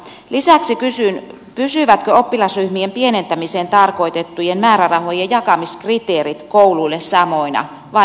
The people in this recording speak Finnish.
lisäksi kysyn pysyvätkö oppilasryhmien pienentämiseen tarkoitettujen määrärahojen jakamiskriteerit kouluille samoina vai muuttuuko jokin